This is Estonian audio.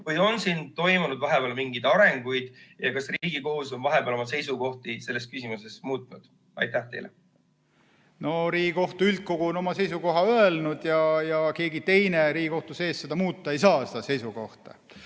või on siin toimunud vahepeal mingeid arenguid? Kas Riigikohus on vahepeal oma seisukohti selles küsimuses muutnud? Riigikohtu üldkogu on oma seisukoha öelnud ja keegi teine Riigikohtu sees seda muuta ei saa. Seni on